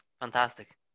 fantastic